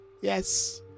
Yes